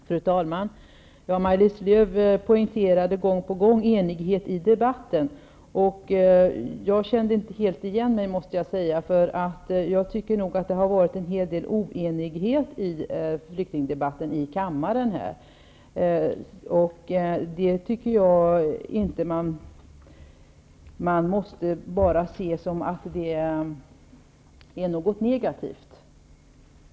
Fru talman! Maj-Lis Lööw poängterade gång på gång att det råder enighet i debatten. Jag kände inte helt igen mig, måste jag säga. Jag tycker nog att det har varit en hel del oenighet i flyktingdebatten här i kammaren, men jag anser att det inte skall ses enbart som något negativt.